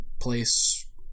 place